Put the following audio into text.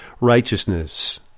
righteousness